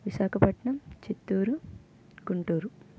Visakhapatnam Chittoor Guntur